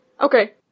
Okay